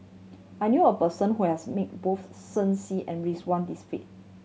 I knew a person who has meet both Shen Xi and Ridzwan Dzafir